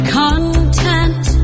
content